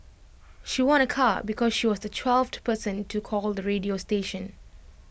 she won A car because she was the twelfth person to call the radio station